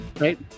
right